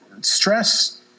stress